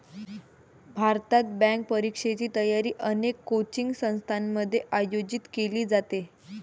भारतात, बँक परीक्षेची तयारी अनेक कोचिंग संस्थांमध्ये आयोजित केली जाते